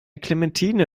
clementine